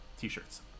T-shirts